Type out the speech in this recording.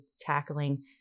tackling